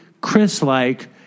Chris-like